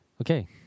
Okay